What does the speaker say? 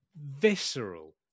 Visceral